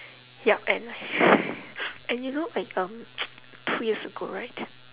yup and and you know like um two years ago right